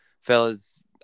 fellas